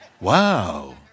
wow